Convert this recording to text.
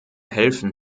helfen